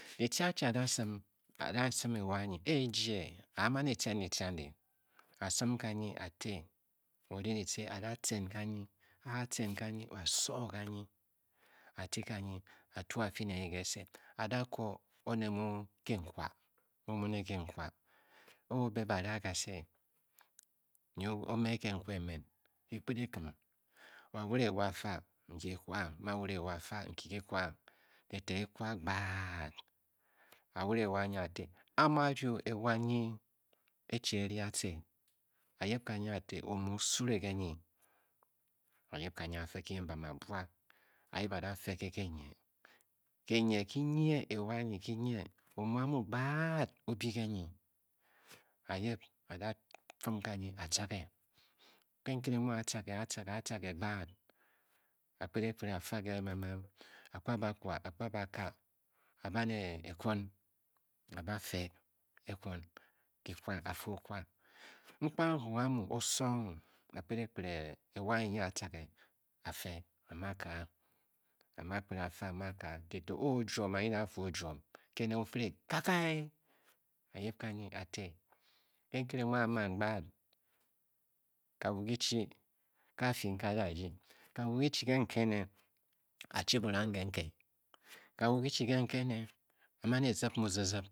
Ditce a chi a da sim, a danghe e sim ewa nyi, e-e jye, a a man e-tce ditce andi a sim kanyi a-te ori ditce a da tcen kanyi, a a tcen kanyi, a a soo kanyi, a ti kanyi, a tuu a fyi ne nyi ke se, a da koo oned mu kenkwa mu mu ne kenkwa o-o be, ba ra kase, nyi o me kenkwa e men, ki kped e kim wo a wure ewa a fa a, n-kikyi kwang, amu a wuee ewa a fa ki kyi kwang, te te ku-kwa gbaad, a wuee ewa anyi a te a-a mu a-rung, ewa nyi e- chi e-ri atce, a-yip kanyi a-te o mu o-súré ké nyǐ, a yip kanyi a-fe ke kenbam a buaa a yip a da fe ke kehnye ki-nye ewa anyi ki-nye, omu amu gbaad o-bii ke nyi, a yip a da fim kanyi a-tcage ke nkere mu a-tcaga a tcage a-tcage gbad, a kped e kpere a fa ke a kwu a ba kwa, a kwa ba kaa a-ba ne ekwon a ba fe ekwon kikwa, a fe okwa nkpangakughe a mu o-song a kped e-kpere ewa anyi nyi a a-tcage a fe, a mu a kang a mu akpere a-fe a mu a kang te te a o-juom a-nyid a fu o-juom, ke na o-fire kakai a yip kanyi a-te, ke nkere a fyi nke a da rdyi kawu kichi nke ke ene. a-chi burang ke nke, kawu kichi nke ke ene, a man e-zib mu zib zib.